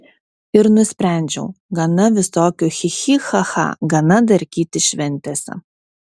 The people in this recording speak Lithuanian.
ir nusprendžiau gana visokių chi chi cha cha gana darkytis šventėse